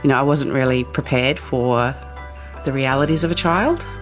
you know i wasn't really prepared for the realities of a child.